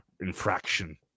infraction